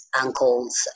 uncle's